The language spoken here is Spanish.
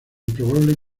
improbable